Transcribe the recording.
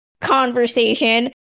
conversation